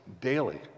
daily